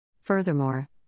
Furthermore